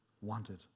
wanted